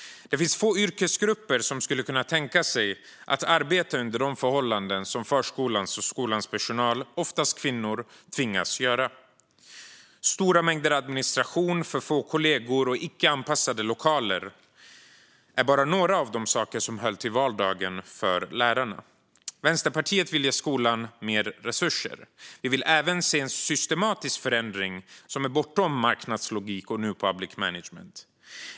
Det finns få yrkesgrupper som skulle kunna tänka sig att arbeta under de förhållanden som förskolans och skolans personal, oftast kvinnor, tvingas arbeta under. Stora mängder administration, för få kollegor och icke anpassade lokaler är bara några av de saker som hör till vardagen för lärarna. Vänsterpartiet vill ge skolan mer resurser. Vi vill även se en systematisk förändring som är bortom marknadslogik och new public management.